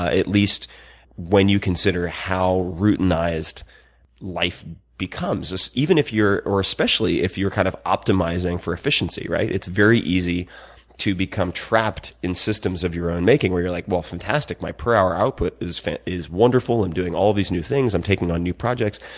at least when you consider how routinized life becomes. even if you're or especially if you're kind of optimizing for efficiency, right, it's very easy to become trapped in systems of your own making, where you're like, well, fantastic, my per-hour output is is wonderful. i'm doing all these new things. i'm taking on new projects.